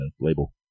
label